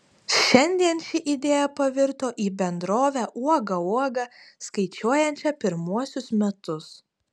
šiandien ši idėja pavirto į bendrovę uoga uoga skaičiuojančią pirmuosius metus